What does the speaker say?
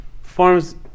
forms